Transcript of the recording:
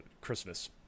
Christmas